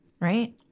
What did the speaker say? right